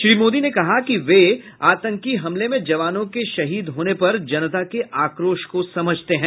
श्री मोदी ने कहा कि वे आतंकी हमले में जवानों के शहीद होने पर जनता के आक्रोश को समझते हैं